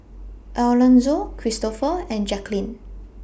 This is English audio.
Elonzo Kristofer and Jacquelynn